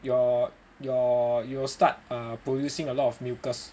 your your you will start producing a lot of mucus